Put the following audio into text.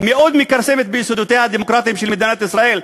מאוד מכרסמת ביסודותיה הדמוקרטיים של מדינת ישראל,